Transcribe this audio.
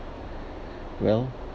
well